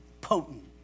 potent